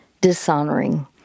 dishonoring